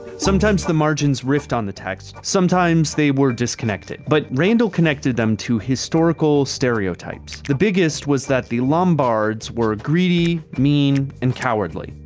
sometimes the margins riffed on the text, sometimes they were disconnected. but randall connected them to historical stereotypes. the biggest was that the lombards were greedy, mean, and cowardly.